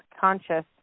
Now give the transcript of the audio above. conscious